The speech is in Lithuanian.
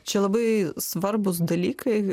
čia labai svarbūs dalykai